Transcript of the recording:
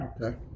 Okay